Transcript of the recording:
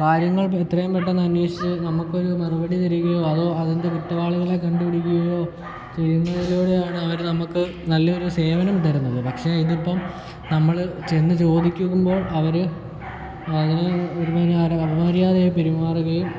കാര്യങ്ങൾ എത്രയും പെട്ടെന്ന് അന്വേഷിച്ച് നമുക്കൊരു മറുപടി തരികയോ അതോ അതിൻ്റെ കുറ്റവാളികളെ കണ്ടു പിടിക്കുകയോ ചെയ്യുന്നതിലൂടെയാണ് അവർ നമുക്ക് നല്ലൊരു സേവനം തരുന്നത് പക്ഷേ ഇതിപ്പം നമ്മൾ ചെന്ന് ചോദിക്കുമ്പോൾ അവർ വളരെ ഒരുമാതിരി അപമര്യാദയായി പെരുമാറുകയും